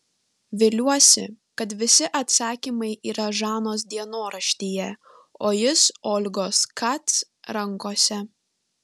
viliuosi kad visi atsakymai yra žanos dienoraštyje o jis olgos kac rankose